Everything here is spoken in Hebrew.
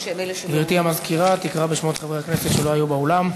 גברתי המזכירה תקרא בשמות חברי הכנסת שלא היו באולם,